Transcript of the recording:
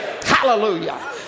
Hallelujah